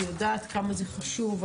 אני יודעת כמה זה חשוב.